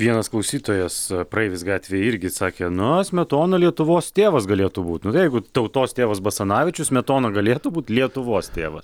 vienas klausytojas praeivis gatvėje irgi sakė na smetona lietuvos tėvas galėtų būtų nu jeigu tautos tėvas basanavičius smetona galėtų būti lietuvos tėvas